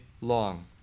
long